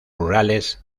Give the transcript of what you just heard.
rurales